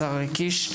השר קיש.